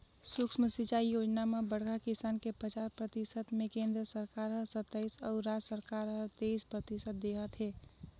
सुक्ष्म सिंचई योजना म बड़खा किसान के पचास परतिसत मे केन्द्र सरकार हर सत्तइस अउ राज सरकार हर तेइस परतिसत देहत है